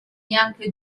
neanche